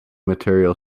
material